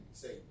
say